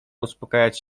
uspokajać